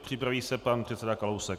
Připraví se pan předseda Kalousek.